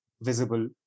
visible